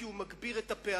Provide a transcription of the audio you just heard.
כי הוא מגביר את הפערים,